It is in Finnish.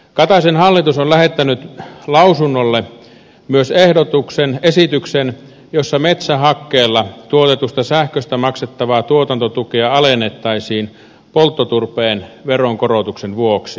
kataisen hallitus on lähettänyt lausunnolle myös esityksen jossa metsähakkeella tuotetusta sähköstä maksettavaa tuotantotukea alennettaisiin polttoturpeen veronkorotuksen vuoksi